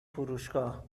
فروشگاه